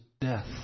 death